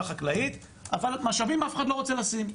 החקלאית אבל משאבים אף אחד לא רוצה לשים,